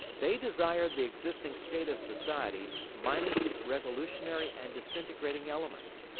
they desire the existing state of society minus its revolutionary and disintegrating elements.